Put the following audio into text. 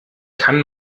kann